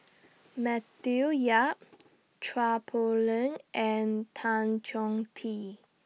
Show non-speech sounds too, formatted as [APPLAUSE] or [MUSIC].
[NOISE] Matthew Yap Chua Poh Leng and Tan Chong Tee